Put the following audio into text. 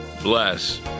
bless